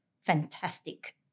fantastic